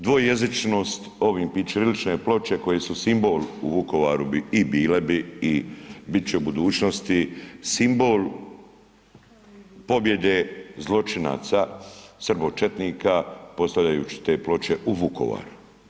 Dvojezičnost ovim i ćirilične ploče koje su simbol u Vukovaru bi i bile bi i bit će u budućnosti simbol pobjede zločinaca srbočetnika postavljajući te ploče u Vukovar.